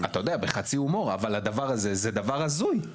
אתה יודע, בחצי הומור אבל הדבר הזה זה דבר הזוי.